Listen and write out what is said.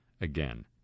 again